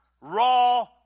raw